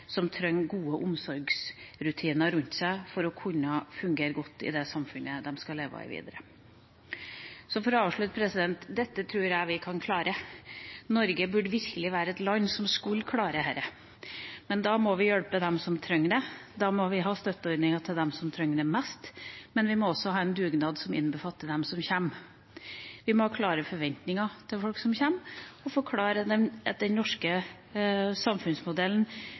som trenger gode omsorgsrutiner rundt seg for å kunne fungere godt i det samfunnet de skal leve i videre. For å avslutte: Dette tror jeg vi kan klare. Norge bør virkelig være et land som kan klare dette. Men da må vi hjelpe dem som trenger det, da må vi ha støtteordninger til dem som trenger det mest, og vi må ha en dugnad som innbefatter dem som kommer. Vi må ha klare forventninger til folk som kommer, og forklare dem at den norske samfunnsmodellen